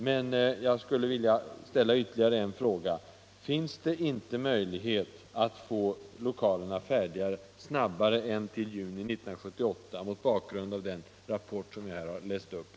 Men jag skulle vilja ställa ytterligare en fråga, mot bakgrund av den rapport som jag här har läst upp: Finns det inte någon möjlighet att få lokalerna färdiga snabbare än till juni 1978?